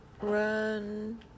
Run